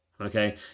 Okay